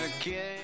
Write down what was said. again